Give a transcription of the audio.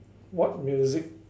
what music